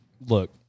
Look